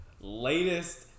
latest